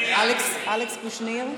אלכס קושניר,